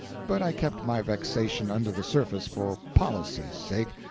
but i kept my vexation under the surface for policy's sake,